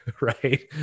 Right